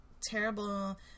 terrible